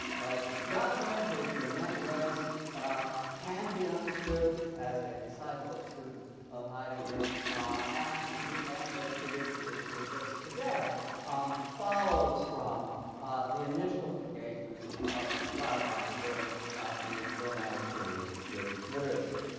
of gadamer who in many ways can be understood as a disciple and student of heidegger and and a tradition which persists today follows from the initial engagements of schleiermacher during the romantic period with literature.